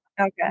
Okay